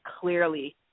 clearly